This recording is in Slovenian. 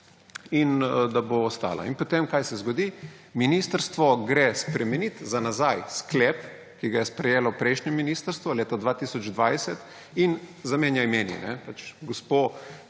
in da bo ostala. In potem, kaj se zgodi? Ministrstvo gre spremenit za nazaj sklep, ki ga je sprejelo prejšnje ministrstvo leta 2020, in zamenja imeni. Pač gospo,